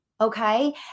okay